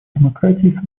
демократии